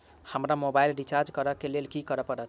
हमरा mobile recharge करऽ केँ लेल की करऽ पड़त?